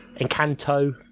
Encanto